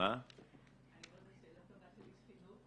זו שאלה טובה של איש חינוך.